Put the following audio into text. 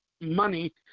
money